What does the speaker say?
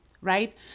right